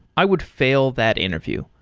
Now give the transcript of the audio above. i would fail that interview.